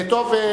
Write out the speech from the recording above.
רבותי,